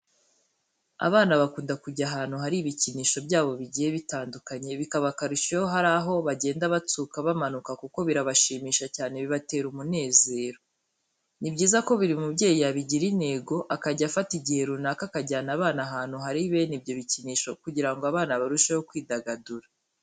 Abana bakunda kujya ahantu hari ibikinisho byabo bigiye bitandukanye. Bikaba akarusho iyo hari aho bagenda batsuka bamanuka kuko birabashimisha cyane bibatera umunezero. Ni byiza ko buri mubyeyi yabigira intego akajya afata igihe runaka akajyana abana ahantu hari bene ibyo bikinisho kugira ngo abana barusheho kwidagadura.